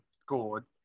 scored